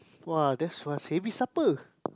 [wah] that's one savoury supper